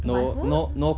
to buy food